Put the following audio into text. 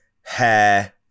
hair